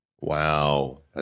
Wow